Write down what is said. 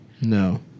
no